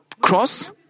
cross